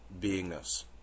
beingness